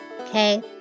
Okay